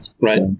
Right